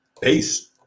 peace